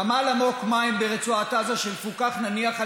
נמל עמוק-מים ברצועת עזה שמפוקח נניח על